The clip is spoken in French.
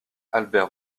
albert